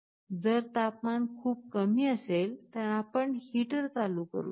जर तापमान खूपच कमी असेल तर आपण हीटर चालू करू शकता